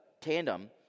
tandem